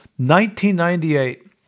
1998